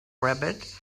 rabbit